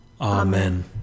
amen